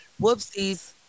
Whoopsies